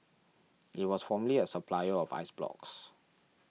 it was formerly a supplier of ice blocks